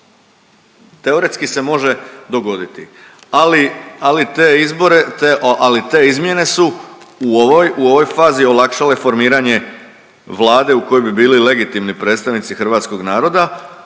Teoretski se može dogoditi, ali te izbore, ali te izmjene su u ovoj fazi olakšale formiranje vlade u kojoj bi bili legitimni predstavnici hrvatskog naroda,